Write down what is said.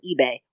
eBay